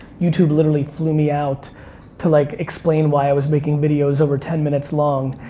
youtube literally flew me out to like explain why i was making videos over ten minutes long.